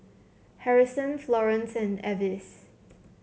Harrison Florance and Avis